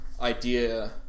idea